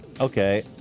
Okay